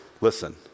listen